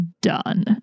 done